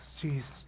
Jesus